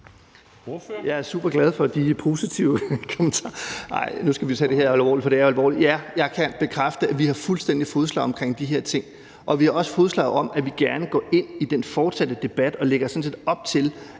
Jeg er super glad for de positive kommentarer – nej, nu skal vi tage det her alvorligt, for det er jo alvorligt. Ja, jeg kan bekræfte, at der er fuldstændig fodslag i forhold til de her ting, og der er også fodslag, i forhold til at vi gerne går ind i den fortsatte debat, og lægger sådan